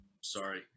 sorry